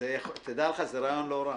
זה רעיון לא רע